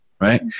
right